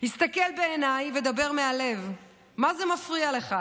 / הסתכל בעיניי / ודבר מהלב: / מה זה מפריע לך?!